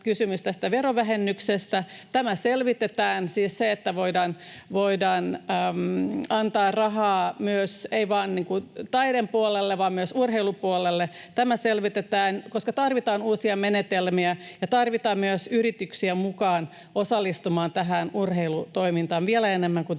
kysymys tästä verovähennyksestä. Tämä selvitetään, siis se, että voidaan antaa rahaa ei vain taiteen puolelle vaan myös urheilupuolelle. Tämä selvitetään, koska tarvitaan uusia menetelmiä ja tarvitaan myös yrityksiä mukaan osallistumaan tähän urheilutoimintaan vielä enemmän kuin